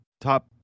top